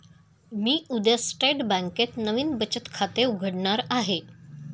मी उद्या स्टेट बँकेत नवीन बचत खाते उघडणार आहे